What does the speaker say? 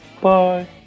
Bye